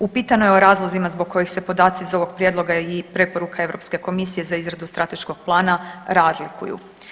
Upitano je o razlozima zbog kojih se podaci iz ovog prijedloga i preporuka Europske komisije za izradu strateškog plana razlikuju.